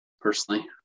personally